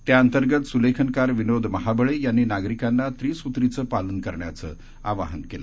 त्याअंतर्गत सुलेखनकार विनोद महाबळे यांनी नागरिकांना त्रिसूत्रीचं पालन करण्याचं आवाहन केलं